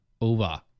over